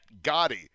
Gotti